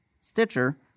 Stitcher